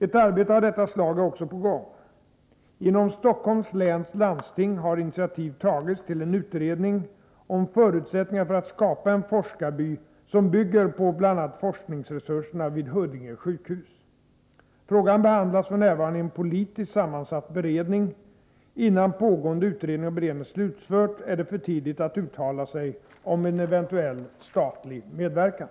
Ett arbete av detta slag är också på gång. Inom Stockholms läns landsting har initiativ tagits till en utredning om förutsättningarna för att skapa en forskarby som bygger på bl.a. forskningsresurserna vid Huddinge sjukhus. Frågan behandlas f. n. i en politiskt sammansatt beredning. Innan pågående utredning och beredning slutförts är det för tidigt att uttala sig om en eventuell statlig medverkan.